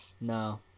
no